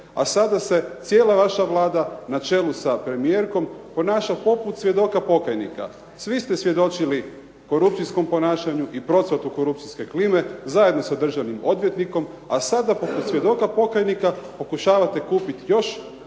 a sada se cijela vaša Vlada, na čelu sa premijerkom ponaša poput svjedoka pokajnika. Svi ste svjedočili korupcijskom ponašanju i procvatu korupcijske klime, zajedno sa državnim odvjetnikom, a sada poput svjedoka pokajnika pokušavate kupiti još